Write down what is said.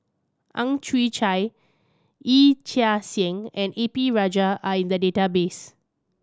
Ang Chwee Chai Yee Chia Hsing and A P Rajah are in the database